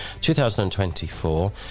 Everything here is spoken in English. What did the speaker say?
2024